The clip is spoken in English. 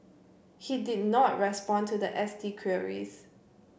he did not respond to the S T queries